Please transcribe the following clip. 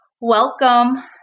welcome